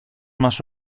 μας